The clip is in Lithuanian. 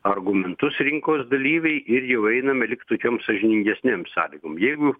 argumentus rinkos dalyviai ir jau einame lyg tokiom sąžiningesnėm sąlygom jeigu